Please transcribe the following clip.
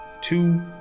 two